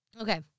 Okay